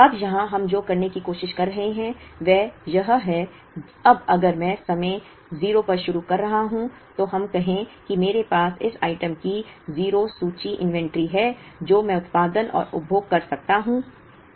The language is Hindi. अब यहां हम जो करने की कोशिश कर रहे हैं वह यह है अब अगर मैं समय 0 पर शुरू कर रहा हूं तो हम कहें कि मेरे पास इस आइटम की 0 सूची इन्वेंट्री है जो मैं उत्पादन और उपभोग कर सकता हूं